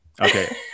Okay